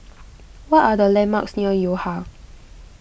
what are the landmarks near Yo Ha